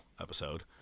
episode